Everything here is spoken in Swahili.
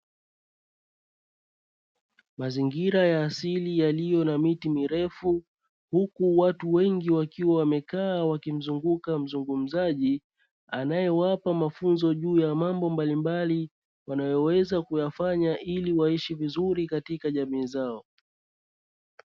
Mazingira ya asili yaliyo na miti mirefu huku watu wengi wakiwa wamekaa wakimzunguka mzungumzaji anayewapa mafunzo juu ya mambo mbalimbali wanayoweza kuyafanya ili waishi vizuri katika jamii zao.